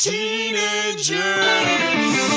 Teenagers